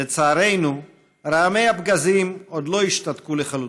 לצערנו, רעמי הפגזים עוד לא השתתקו לחלוטין.